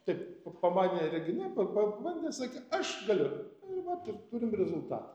taip pamanė regina pa pabandė sakyt aš galiu vat ir turim rezultatą